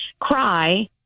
cry